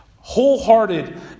Wholehearted